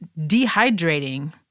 dehydrating